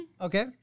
Okay